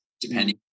depending